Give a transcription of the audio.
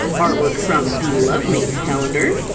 artwork from the lovemates calendar